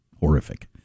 horrific